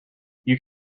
you